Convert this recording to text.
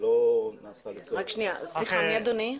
מי אדוני?